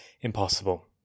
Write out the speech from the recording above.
impossible